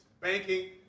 banking